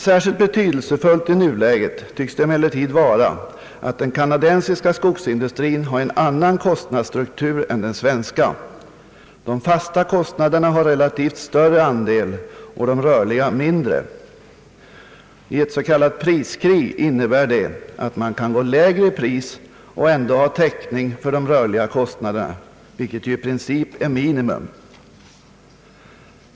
Särskilt betydelsefullt i nuläget tycks det emellertid vara att den kanadensiska skogsindustrin har en annan kostnadsstruktur än den svenska. De fasta kostnaderna har relativt sett större andel och de rörliga mindre andel. I ett s.k. priskrig innebär detta att man kan hålla lägre pris och ändå ha täckning för de rörliga kostnaderna, vilket ju i princip är minimum.